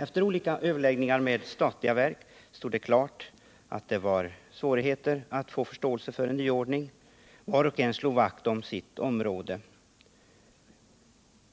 Efter olika överläggningar med statliga verk stod det klart att det var svårigheter att få förståelse för en ny ordning — var och en slog vakt om sitt område.